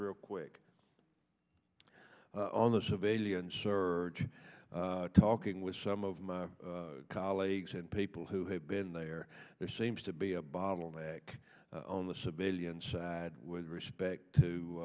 real quick on the civilian surge talking with some of my colleagues and people who have been there there seems to be a bottleneck on the civilian side with respect